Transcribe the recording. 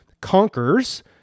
conquers